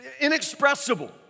inexpressible